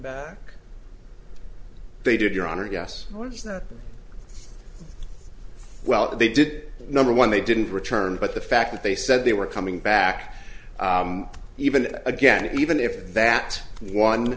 back they did your honor yes well they did number one they didn't return but the fact that they said they were coming back even again even if that one